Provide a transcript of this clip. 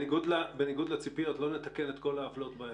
בניגוד לציפיות לא נתקן את כל האפליות בישיבה הזאת.